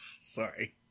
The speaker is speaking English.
sorry